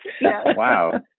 Wow